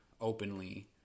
openly